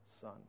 son